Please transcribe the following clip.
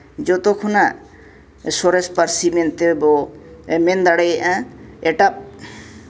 ᱡᱚᱛᱚ ᱠᱷᱚᱱᱟᱜ ᱥᱚᱨᱮᱥ ᱯᱟᱹᱨᱥᱤ ᱢᱮᱱᱛᱮ ᱵᱚ ᱢᱮᱱ ᱫᱟᱲᱮᱭᱟᱜᱼᱟ ᱮᱴᱟᱜ